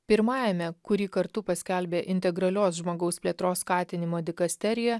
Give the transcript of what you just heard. pirmajame kurį kartu paskelbė integralios žmogaus plėtros skatinimo dikasterija